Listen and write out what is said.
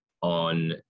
on